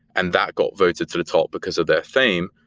and that got voted to the top because of their fame.